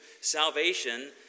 salvation